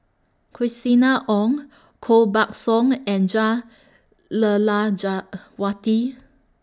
Christina Ong Koh Buck Song and Jah